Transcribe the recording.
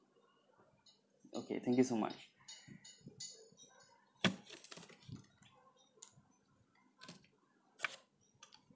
okay thank you so much